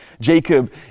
Jacob